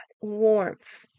warmth